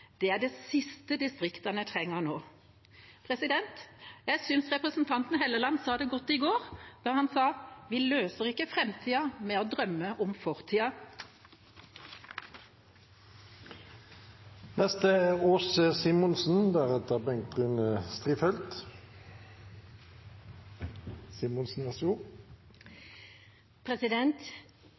Det er det siste distriktene trenger nå. Jeg synes representanten Helleland sa det godt i går da han sa: «Vi løser ikke framtidens utfordringer ved å drømme oss tilbake til fortiden.» Når vi snakker om